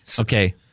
Okay